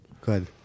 Good